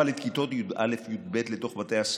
את כיתות י"א וי"ב לתוך בתי הספר.